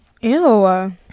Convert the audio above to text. ew